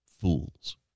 fools